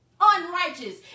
unrighteous